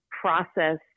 process